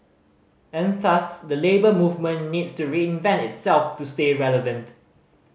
and thus the Labour Movement needs to reinvent itself to stay relevant